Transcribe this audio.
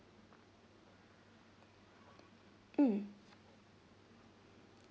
mm